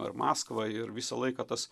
ar maskvą ir visą laiką tas